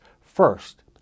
first